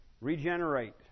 regenerate